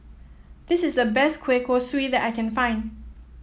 this is the best Kueh Kosui that I can find